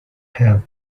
have